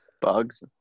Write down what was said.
bugs